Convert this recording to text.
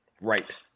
Right